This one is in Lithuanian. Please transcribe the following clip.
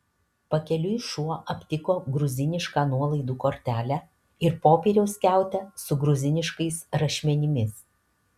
pakeliui šuo aptiko gruzinišką nuolaidų kortelę ir popieriaus skiautę su gruziniškais rašmenimis